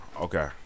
Okay